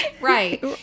Right